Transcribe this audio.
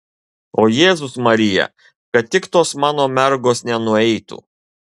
o jėzus marija kad tik tos mano mergos nenueitų